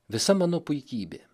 visa mano puikybė